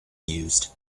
used